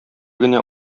генә